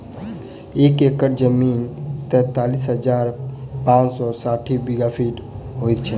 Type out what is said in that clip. एक एकड़ जमीन तैँतालिस हजार पाँच सौ साठि वर्गफीट होइ छै